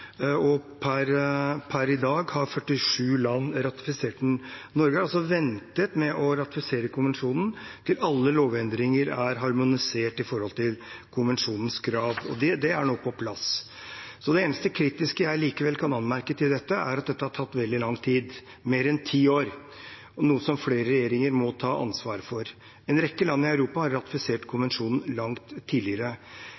Per i dag har 47 land ratifisert den. Norge har altså ventet med å ratifisere konvensjonen til alle lovendringer er harmonisert med konvensjonens krav. Det er nå på plass. Det eneste kritiske jeg likevel kan anmerke til dette, er at det har tatt veldig lang tid – mer enn ti år – noe som flere regjeringer må ta ansvaret for. En rekke land i Europa har ratifisert